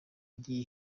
yagiye